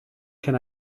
can